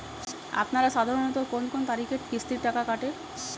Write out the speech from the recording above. আপনারা সাধারণত কোন কোন তারিখে কিস্তির টাকা কাটে?